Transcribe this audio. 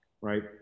right